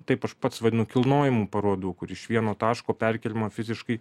taip aš pats vadinu kilnojamų parodų kur iš vieno taško perkeliama fiziškai